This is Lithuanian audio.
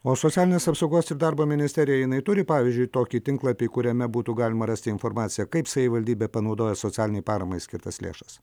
o socialinės apsaugos ir darbo ministerija jinai turi pavyzdžiui tokį tinklapį kuriame būtų galima rasti informaciją kaip savivaldybė panaudojo socialinei paramai skirtas lėšas